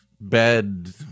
bed